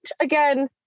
again